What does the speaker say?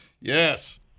Yes